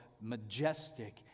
majestic